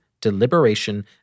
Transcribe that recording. deliberation